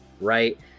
right